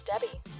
Debbie